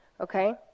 okay